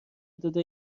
داده